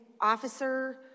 officer